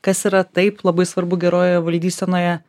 kas yra taip labai svarbu geroje valdysenoje